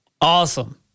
Awesome